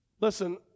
Listen